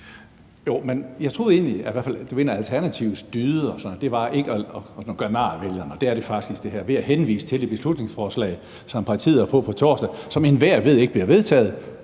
Jeg troede egentlig, at en af Alternativets dyder var ikke at gøre nar af vælgerne, og det er det her faktisk, altså ved at henvise til et beslutningsforslag, som partiet har på på torsdag, som enhver ved ikke bliver vedtaget.